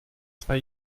zwei